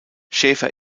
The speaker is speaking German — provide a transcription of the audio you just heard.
schäfer